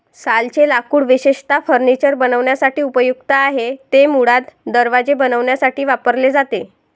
सालचे लाकूड विशेषतः फर्निचर बनवण्यासाठी उपयुक्त आहे, ते मुळात दरवाजे बनवण्यासाठी वापरले जाते